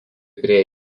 prie